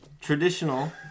traditional